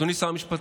אדוני שר המשפטים,